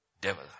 Devil